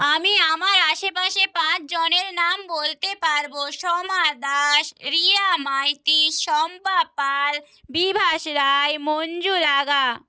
আমি আমার আশেপাশে পাঁচজনের নাম বলতে পারব সোমা দাস রিয়া মাইতি শম্পা পাল বিভাস রায় মঞ্জু রাগা